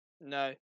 No